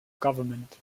government